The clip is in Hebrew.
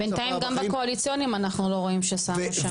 בינתיים גם בקואליציוניים אנחנו לא רואים ששמו שם.